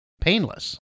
painless